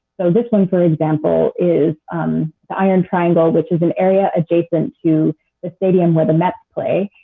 so this one, for example, is the iron triangle, which is an area adjacent to the stadium where the mets play,